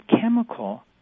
chemical